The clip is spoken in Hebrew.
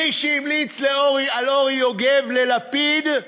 מי שהמליץ על אורי יוגב ללפיד,